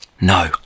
no